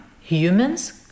humans